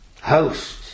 host